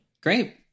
Great